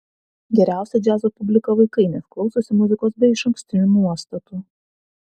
geriausia džiazo publika vaikai nes klausosi muzikos be išankstinių nuostatų